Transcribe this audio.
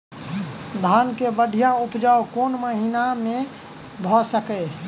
धान केँ बढ़िया उपजाउ कोण महीना मे भऽ सकैय?